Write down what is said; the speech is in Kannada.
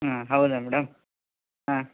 ಹ್ಞ್ ಹೌದಾ ಮೇಡಮ್ ಹಾಂ